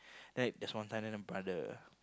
like this one time then the brother